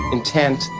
intent,